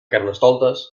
carnestoltes